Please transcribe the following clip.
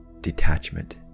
detachment